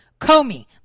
Comey